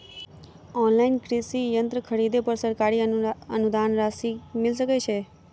Online कृषि यंत्र खरीदे पर सरकारी अनुदान राशि मिल सकै छैय?